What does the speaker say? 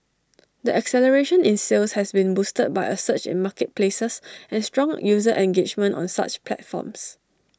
the acceleration in sales has been boosted by A surge in marketplaces and strong user engagement on such platforms